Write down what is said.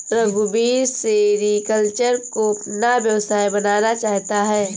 रघुवीर सेरीकल्चर को अपना व्यवसाय बनाना चाहता है